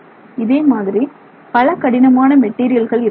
இதே மாதிரி பல கடினமான மெட்டீரியல்கள் இருக்கலாம்